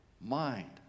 mind